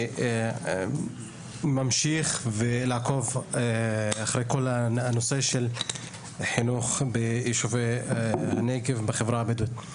שממשיך לעקוב אחרי כל הנושא של החינוך ביישובי הנגב ובחברה הבדואית.